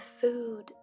food